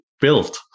built